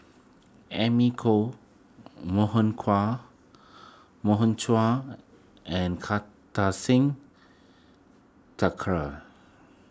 Amy Khor Morgan Kua Morgan Chua and Kartar Singh Thakral